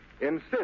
insist